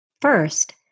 First